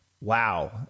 Wow